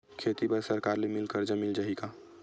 खेती बर सरकार ले मिल कर्जा मिल जाहि का?